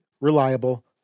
reliable